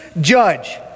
judge